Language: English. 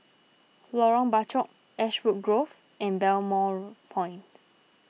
Lorong Bachok Ashwood Grove and Balmoral Point